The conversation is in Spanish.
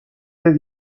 les